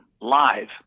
live